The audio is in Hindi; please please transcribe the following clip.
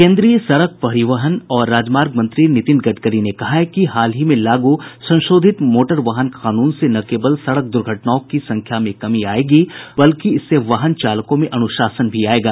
केन्द्रीय सड़क परिवहन और राजमार्ग मंत्री नितिन गडकरी ने कहा है कि हाल ही में लागू संशोधित मोटर वाहन कानून से न केवल दुर्घटनाओं की संख्या में कमी आएगी बल्कि इससे वाहन चालकों में अनुशासन भी आएगा